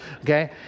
okay